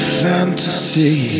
fantasy